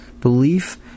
belief